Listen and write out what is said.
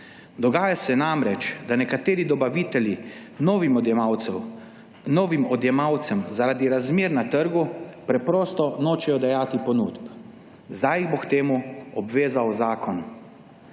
Dogaja se namreč, da nekateri dobavitelji novim odjemalcem zaradi razmer na trgu preprosto nočejo dajati ponudb. Zdaj jih bo k temu zavezal zakon.